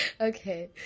Okay